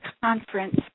conference